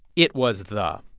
it was the.